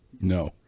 No